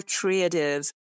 creative